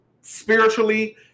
spiritually